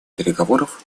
переговоров